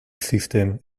systems